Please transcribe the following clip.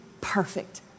perfect